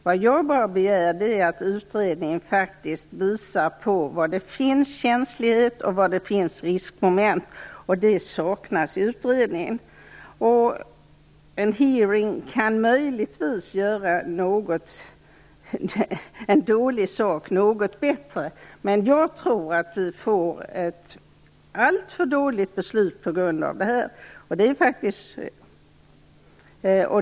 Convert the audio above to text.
Vad jag begär är bara att utredningen faktiskt visar var det finns känslighet och riskmoment, och det saknas i utredningen. En hearing kan möjligtvis göra en dålig sak något bättre, men jag tror att vi med nuvarande uppläggning får ett alltför dåligt beslut.